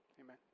Amen